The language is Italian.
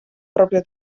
proprio